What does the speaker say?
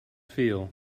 feel